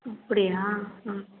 அப்படியா ஆ